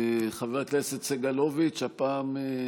חבר הכנסת סגלוביץ', הפעם,